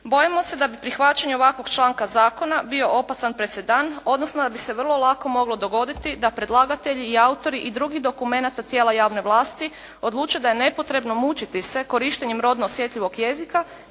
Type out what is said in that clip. Bojimo se da bi prihvaćanje ovakvog članka zakona bio opasan presedan, odnosno da bi se vrlo lako moglo dogoditi da predlagatelji i autori i drugih dokumenata tijela javne vlasti odluče da je nepotrebno mučiti se korištenjem rodno osjetljivog jezika